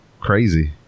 crazy